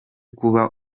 kuba